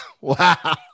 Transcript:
Wow